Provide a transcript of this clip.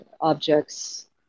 objects